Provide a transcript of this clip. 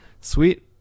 Sweet